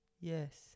Yes